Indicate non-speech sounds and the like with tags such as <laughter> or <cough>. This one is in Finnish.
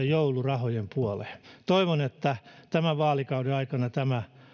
<unintelligible> joulurahojen puoleen toivon että tämän vaalikauden aikana tämä